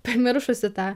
pamiršusi tą